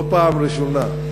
לא פעם ראשונה.